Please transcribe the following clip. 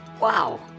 Wow